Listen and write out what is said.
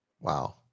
Wow